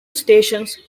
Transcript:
stations